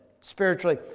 spiritually